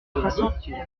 infrastructures